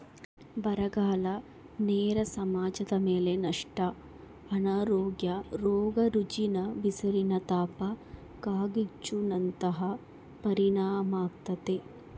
ಬರಗಾಲ ನೇರ ಸಮಾಜದಮೇಲೆ ನಷ್ಟ ಅನಾರೋಗ್ಯ ರೋಗ ರುಜಿನ ಬಿಸಿಲಿನತಾಪ ಕಾಡ್ಗಿಚ್ಚು ನಂತಹ ಪರಿಣಾಮಾಗ್ತತೆ